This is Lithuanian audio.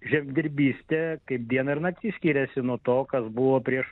žemdirbystė kaip diena ir naktis skiriasi nuo to kas buvo prieš